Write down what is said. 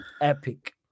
epic